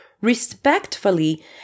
respectfully